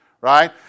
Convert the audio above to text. right